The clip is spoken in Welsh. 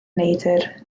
neidr